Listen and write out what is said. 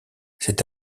c’est